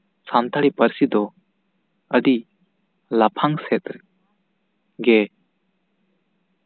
ᱥᱟᱱᱛᱟᱲᱤ ᱯᱟᱹᱨᱥᱤ ᱫᱚ ᱟᱹᱰᱤ ᱞᱟᱯᱷᱟᱝ ᱥᱮᱫ ᱜᱮ